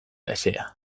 hezea